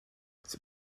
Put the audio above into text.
c’est